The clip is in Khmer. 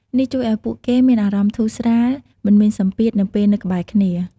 នេះជួយឲ្យពួកគេមានអារម្មណ៍ធូរស្រាល មិនមានសម្ពាធ នៅពេលនៅក្បែរគ្នា។